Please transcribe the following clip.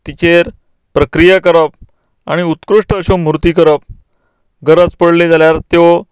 तिचेर प्रक्रिया करप आनी उत्कृश्ट अश्यो मुर्ती करप गरज पडली जाल्यार त्यो